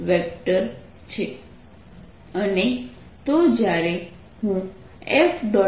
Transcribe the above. અને તો જ્યારે હું F